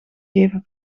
geven